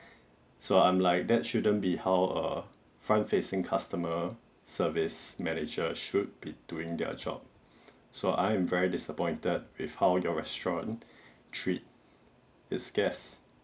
so I'm like that shouldn't be how a front facing customer service manager should be doing their job so I am very disappointed with how your restaurant treat it's guest